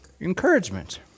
encouragement